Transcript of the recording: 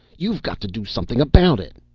you've got to do something about it!